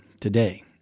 today